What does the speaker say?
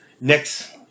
next